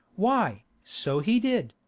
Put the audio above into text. why, so he did,